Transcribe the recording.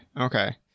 okay